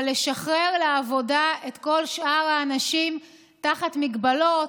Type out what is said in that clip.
אבל לשחרר לעבודה את כל שאר האנשים תחת מגבלות: